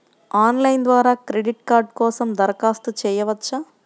Online ద్వారా credit card కోసం దరఖాస్తు చేయవచ్చా?